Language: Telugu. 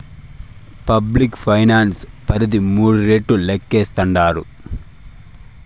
పబ్లిక్ ఫైనాన్స్ పరిధి మూడు రెట్లు లేక్కేస్తాండారు